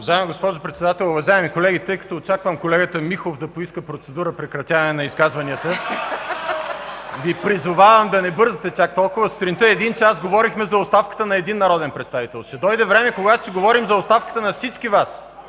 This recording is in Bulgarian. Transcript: Уважаема госпожо Председател, уважаеми колеги! Тъй като очаквам колегата Михов да поиска процедура: прекратяване на изказванията (оживление, смях), Ви призовавам да не бързате чак толкова. Сутринта един час говорихме за оставката на един народен представител. Ще дойде време, когато ще говорим за оставката на всички Вас